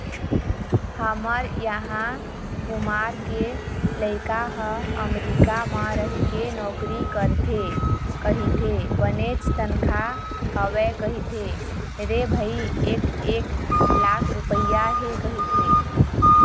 हमर इहाँ कुमार के लइका ह अमरीका म रहिके नौकरी करथे कहिथे बनेच तनखा हवय कहिथे रे भई एक एक लाख रुपइया हे कहिथे